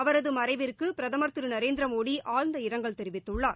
அவரது மறைவிற்கு பிரதமர் திரு நரேந்திர மோடி ஆழ்ந்த இரங்கல் தெரிவித்துள்ளார்